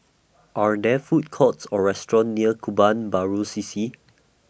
Are There Food Courts Or restaurants near Kebun Baru C C